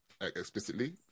explicitly